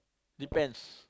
depends